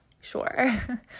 Sure